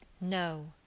No